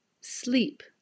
sleep